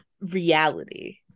reality